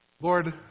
Lord